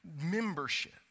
membership